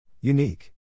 Unique